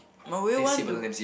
but will you want to